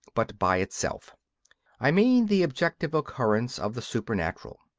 but by itself i mean the objective occurrence of the supernatural.